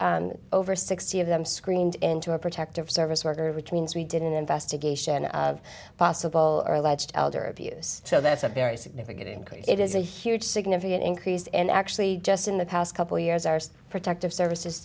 intakes over sixty of them screened into a protective service worker which means we did an investigation of possible alleged elder abuse so that's a very significant increase it is a huge significant increase and actually just in the past couple years or so protective services